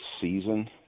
season